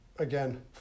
Again